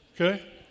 okay